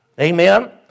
Amen